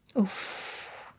Oof